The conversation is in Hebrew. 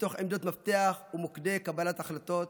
מתוך עמדות מפתח ומוקדי קבלת החלטות